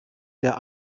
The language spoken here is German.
der